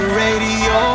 radio